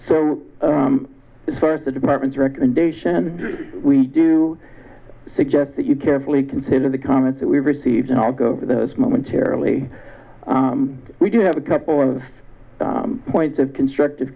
so far as the department's recommendation we do suggest that you carefully consider the comments that we've received and i'll go over those momentarily we do have a couple of points of constructive